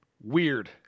Weird